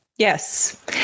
Yes